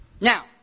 Now